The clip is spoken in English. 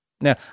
Now